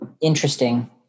interesting